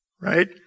right